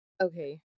Okay